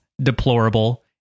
deplorable